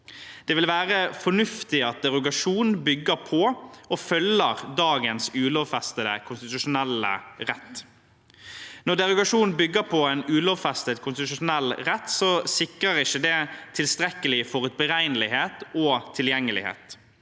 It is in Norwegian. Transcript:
Det ville være fornuftig at derogasjon bygger på og følger dagens ulovfestede konstitusjonelle rett. Når derogasjon bygger på en ulovfestet konstitusjonell rett, sikrer ikke det tilstrekkelig forutberegnelighet og tilgjengelighet,